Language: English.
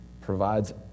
provides